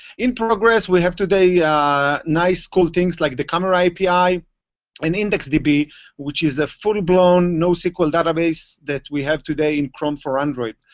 in progress, we have today yeah nice cool things like the camera api and indexeddb which is a full blown nosql database that we have today in chrome for android.